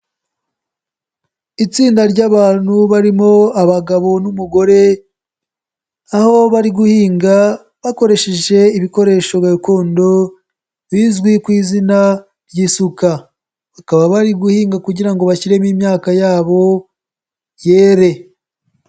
Itsinda ry'abantu barimo abagabo n'umugore, aho bari guhinga bakoresheje ibikoresho gakondo bizwi ku izina ry'isuka. Bakaba bari guhinga kugira ngo bashyiremo imyaka yabo yere.